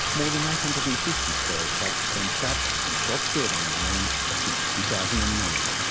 more than eight hundred and fifty feral cats have been trapped and shot dead on the island since two thousand and nine.